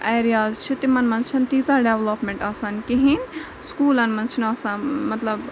areas چھِ تِمَن منٛز چھَنہٕ تیٖژاہ ڈٮ۪ولَپمٮ۪نٛٹ آسان کِہیٖنۍ سکوٗلَن منٛز چھِنہٕ آسان مطلب